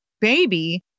baby